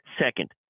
Second